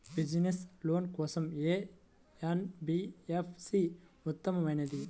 Business loan కోసం ఏ NBFC ఉత్తమమైనది?